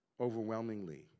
overwhelmingly